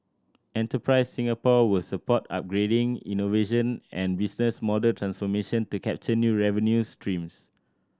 Enterprise Singapore will support upgrading innovation and business model transformation to capture new revenue streams